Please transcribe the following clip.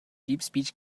deepspeech